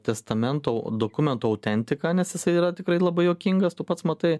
testamento dokumentų autentiką nes jisai yra tikrai labai juokingas tu pats matai